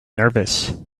nervous